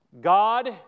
God